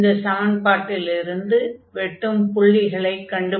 இந்த சமன்பாட்டிலிருந்து வெட்டும் புள்ளிகளைக் கண்டுபிடிக்கலாம்